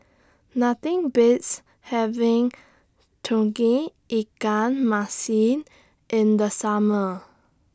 Nothing Beats having Tauge Ikan Masin in The Summer